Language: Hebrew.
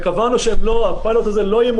ואת עזריאלי כמי שאחראים לפיילוט הזה.